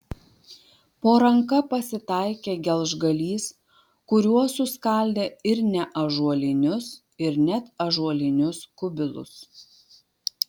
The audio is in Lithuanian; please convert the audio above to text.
po ranka pasitaikė gelžgalys kuriuo suskaldė ir neąžuolinius ir net ąžuolinius kubilus